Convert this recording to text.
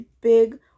big